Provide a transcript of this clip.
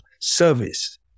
service